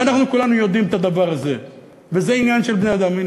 ואנחנו כולנו יודעים את הדבר הזה וזה עניין של בני-אדם.